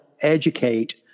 educate